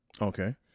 Okay